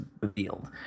revealed